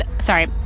sorry